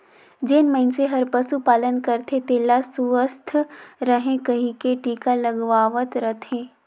जेन मइनसे हर पसु पालन करथे तेला सुवस्थ रहें कहिके टिका लगवावत रथे